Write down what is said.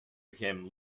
became